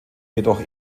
jedoch